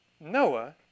Noah